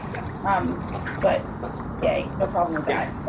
yeah um but yay, no problem with that.